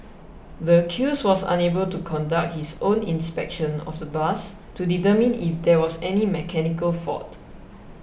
the accused was unable to conduct his own inspection of the bus to determine if there was any mechanical fault